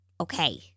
Okay